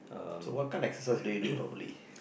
so what kind exercise do you do normally